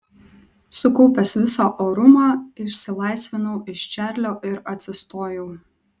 sukaupęs visą orumą išsilaisvinau iš čarlio ir atsistojau